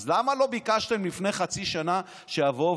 אז למה לא ביקשתם לפני חצי שנה שיבואו